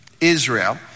Israel